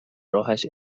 راهش